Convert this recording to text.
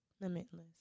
limitless